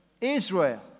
Israel